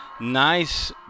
Nice